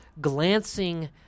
glancing